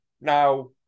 now